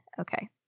Okay